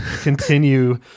continue